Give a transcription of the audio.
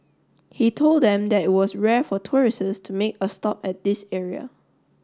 he told them that it was rare for tourists to make a stop at this area